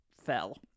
fell